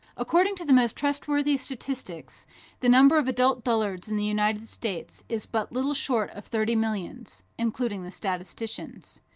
according to the most trustworthy statistics the number of adult dullards in the united states is but little short of thirty millions, including the statisticians.